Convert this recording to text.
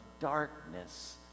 darkness